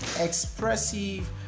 expressive